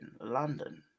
london